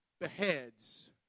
beheads